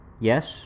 Yes